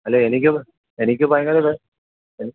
അല്ല എനിക്ക് എനിക്ക് ഭയങ്കര